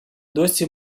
досі